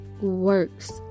works